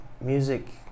music